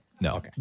No